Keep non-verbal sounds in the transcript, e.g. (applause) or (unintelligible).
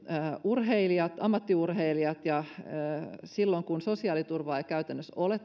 urheilijat ammattiurheilijat silloin kun sosiaaliturvaa tai työttömyysturvaa ei käytännössä ole (unintelligible)